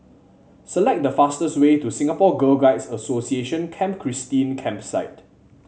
select the fastest way to Singapore Girl Guides Association Camp Christine Campsite